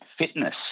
Fitness